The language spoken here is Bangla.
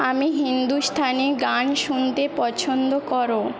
আমি হিন্দুস্তানি গান শুনতে পছন্দ করো